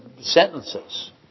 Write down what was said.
sentences